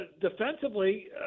defensively